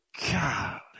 God